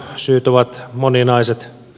syyt ovat moninaiset